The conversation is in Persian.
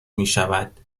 میشود